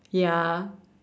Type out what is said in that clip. ya